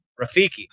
Rafiki